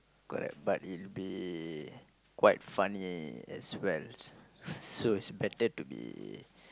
correct but it'll be quite funny as well so it's better to be